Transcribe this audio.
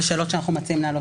ושאלות שאנחנו מציעים להעלות.